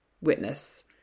witness